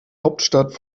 hauptstadt